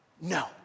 no